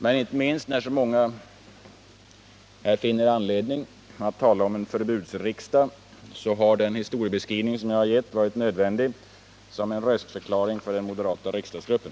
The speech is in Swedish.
Men inte minst när så många talar om ”förbudsriksdag” har den historiebeskrivning jag har gett varit nödvändig som en röstförklaring för den moderata riksdagsgruppen.